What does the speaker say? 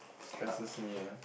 stresses me ah